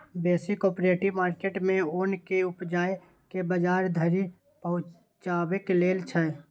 बेसी cooperative market मे ओन केँ उपजाए केँ बजार धरि पहुँचेबाक लेल छै